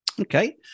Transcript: Okay